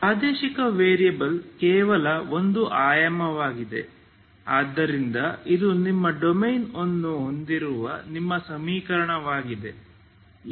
ಪ್ರಾದೇಶಿಕ ವೇರಿಯಬಲ್ ಕೇವಲ ಒಂದು ಆಯಾಮವಾಗಿದೆ ಆದ್ದರಿಂದ ಇದು ನಿಮ್ಮ ಡೊಮೇನ್ ಅನ್ನು ಹೊಂದಿರುವ ನಿಮ್ಮ ಸಮೀಕರಣವಾಗಿದೆ